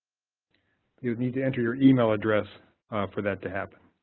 you need to enter your email address for that to happen,